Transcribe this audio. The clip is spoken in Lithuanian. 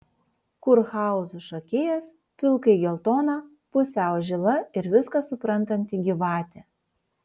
kurhauzų šokėjas pilkai geltona pusiau žila ir viską suprantanti gyvatė